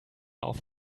auf